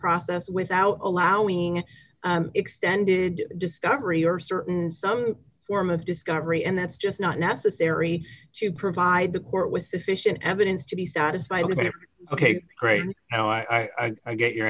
process without allowing extended discovery or certain some form of discovery and that's just not necessary to provide the court with sufficient evidence to be satisfied ok great now i get your